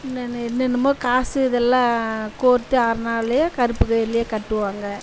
இன்னொன்று என்னென்னமோ காசு இதெல்லாம் கோர்த்து அரணாளையோ கருப்பு கயிறுலையோ கட்டுவாங்க